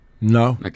No